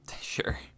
sure